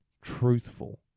Truthful